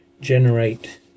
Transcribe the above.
generate